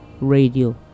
Radio